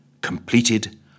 completed